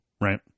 Right